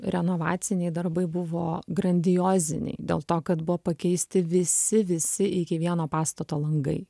renovaciniai darbai buvo grandioziniai dėl to kad buvo pakeisti visi visi iki vieno pastato langai